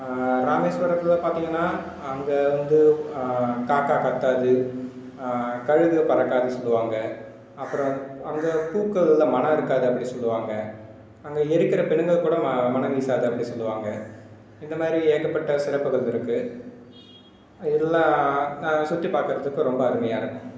ராமேஸ்வரத்தில் பார்த்தீங்கன்னா அங்கே வந்து காக்கா கத்தாது கழுகு பறக்காதுனு சொல்லுவாங்க அப்புறம் அங்கே பூக்களில் மனம் இருக்காது அப்படினு சொல்லுவாங்க அங்கே எரிக்கிற பிணங்கள் கூட மனம் வீசாது அப்படினு சொல்லுவாங்க இந்த மாதிரி ஏகப்பட்ட சிறப்புகள் இருக்குது எல்லா சுற்றி பார்க்குறதுக்கு ரொம்ப அருமையாக இருக்கும்